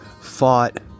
fought